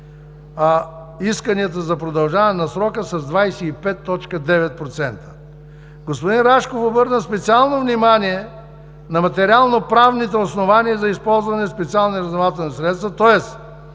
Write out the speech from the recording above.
– исканията за продължаване на срока. Господин Рашков обърна специално внимание на материално-правните основания за използване на специални разузнавателни средства, тоест